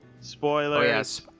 Spoilers